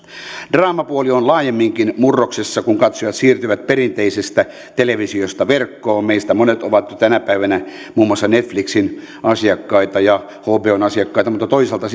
draamapuoli on laajemminkin murroksessa kun katsojat siirtyvät perinteisestä televisiosta verkkoon meistä monet ovat jo tänä päivänä muun muassa netflix in asiakkaita ja hbon asiakkaita mutta toisaalta